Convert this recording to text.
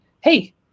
Hey